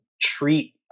treat